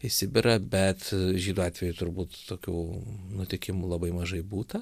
į sibirą bet žydų atveju turbūt tokių nutikimų labai mažai būta